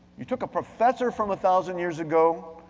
you took a professor from a thousand years ago,